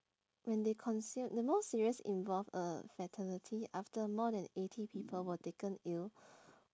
when they consume the most serious involved a fatality after more than eighty people were taken ill